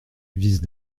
vise